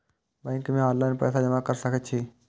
Bank में online पैसा जमा कर सके छीये?